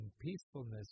peacefulness